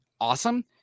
awesome